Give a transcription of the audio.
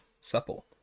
supple